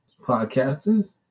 podcasters